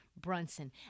Brunson